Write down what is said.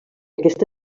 aquesta